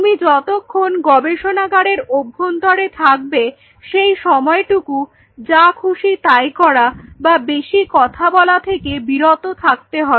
তুমি যতক্ষণ গবেষণাগারের অভ্যন্তরে থাকবে সেই সময়টুকু যা খুশি তাই করা বা বেশি কথা বলা থেকে বিরত থাকতে হবে